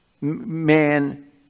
man